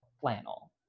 flannel